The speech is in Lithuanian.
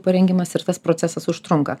parengimas ir tas procesas užtrunka